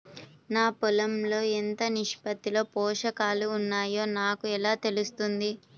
నా పొలం లో ఎంత నిష్పత్తిలో పోషకాలు వున్నాయో నాకు ఎలా తెలుస్తుంది?